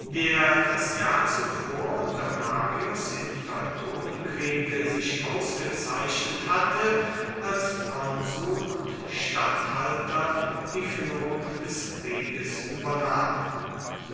der das jahr zuvor unter marius im teutonenkriege sich ausgezeichnet hatte als konsul und statthalter die führung des krieges übernahm